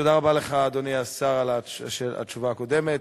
תודה רבה לך, אדוני השר, על התשובה הקודמת.